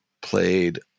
played